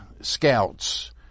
Scouts